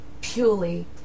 purely